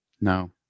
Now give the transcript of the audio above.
No